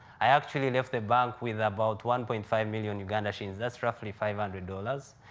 i actually left the bank with about one point five million uganda shillings. that's roughly five hundred dollars.